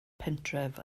pentref